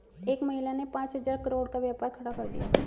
एक महिला ने पांच हजार करोड़ का व्यापार खड़ा कर दिया